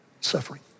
suffering